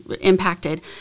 impacted